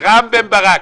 רם בן ברק,